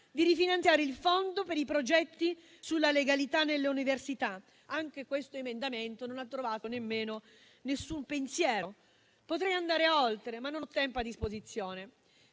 di rifinanziare il fondo per i progetti sulla legalità nelle università. Anche questo emendamento non ha incontrato alcun pensiero. Potrei andare oltre, ma non ho tempo a disposizione.